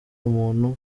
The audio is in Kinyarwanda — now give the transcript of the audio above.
umuntu